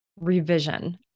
revision